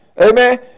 Amen